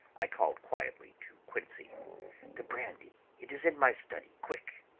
i called quietly to quincey the brandy it is in my study quick!